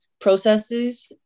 processes